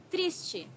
Triste